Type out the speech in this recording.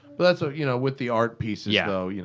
but and so you know with the art pieces, yeah though, yeah